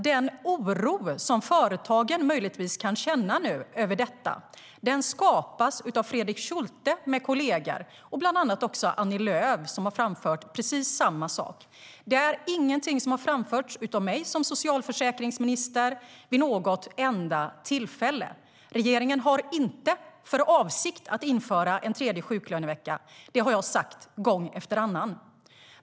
Den oro som företagen möjligtvis nu kan känna över detta skapas av Fredrik Schulte med kollegor och bland annat också Annie Lööf som har framfört precis samma sak. Det är ingenting som har framförts av mig som socialförsäkringsminister vid något enda tillfälle. Regeringen har inte för avsikt att införa en tredje sjuklönevecka. Det har jag sagt gång efter annan.